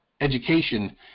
education